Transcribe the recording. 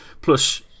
Plus